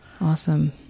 Awesome